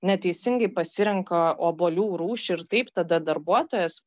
neteisingai pasirenka obuolių rūšį ir taip tada darbuotojas